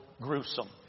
gruesome